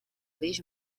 vez